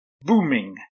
booming